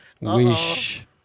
wish